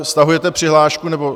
Stahujete přihlášku, nebo...?